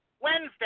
Wednesday